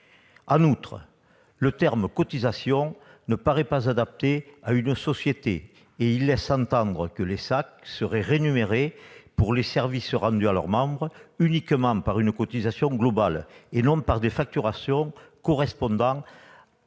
En outre, le terme « cotisation » ne paraît pas adapté à une société et laisse entendre que les SAC seraient rémunérées, pour les services rendus à leurs membres, uniquement par une cotisation globale, et non par des facturations correspondant à la nature